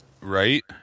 Right